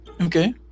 Okay